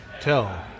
tell